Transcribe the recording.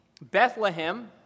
Bethlehem